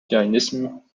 jainism